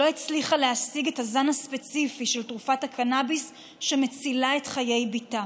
שלא הצליחה להשיג את הזן הספציפי של תרופת הקנביס שמצילה את חיי בתה,